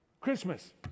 Christmas